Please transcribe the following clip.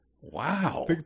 Wow